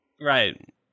Right